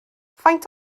faint